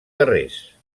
guerrers